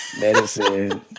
medicine